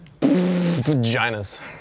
Vaginas